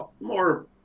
more